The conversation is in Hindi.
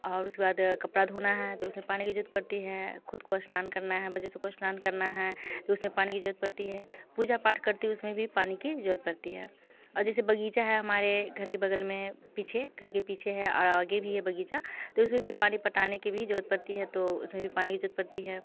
और उसके बाद कपड़ा धोना है तो उसमें पानी की जरूत पड़ती है खुद को स्नान करना है बच्चे सबको स्नान करना हैं तो उसमें पानी की जरूरत पड़ती है पूजा पाठ करती हूँ उसमें भी पानी की जरूरत पड़ती है जैसे बगीचा है हमारे घर के बगल में पीछे घर के पीछे है आगे भी है बगीचा तो उसमें भी पानी पटाने की भी जरूरत परती है तो उसमें भी पानी की जरूत पड़ती है